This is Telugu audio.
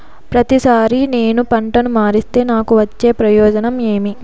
ప్రతిసారి నేను పంటను మారిస్తే నాకు వచ్చే ప్రయోజనం ఏమి?